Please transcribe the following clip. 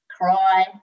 cry